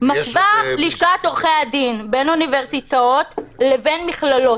משווה לשכת עורכי הדין בין אוניברסיטאות לבין מכללות.